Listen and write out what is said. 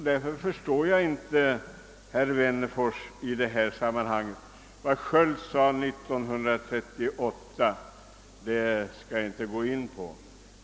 Därför förstår jag inte herr Wennerfors i detta sammanhang. Vad Sköld sade 1938 skall jag inte gå in på.